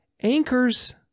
anchors